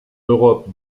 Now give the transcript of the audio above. europe